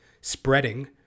spreading